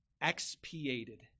expiated